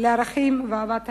לערכים ואהבת הארץ,